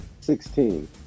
Sixteen